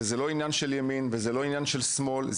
בלי קשר לימין או לשמאל.